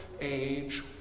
age